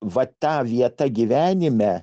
va tą vietą gyvenime